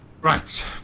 Right